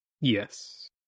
Yes